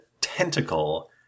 tentacle